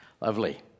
Lovely